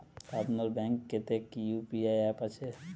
আপনার ব্যাঙ্ক এ তে কি ইউ.পি.আই অ্যাপ আছে?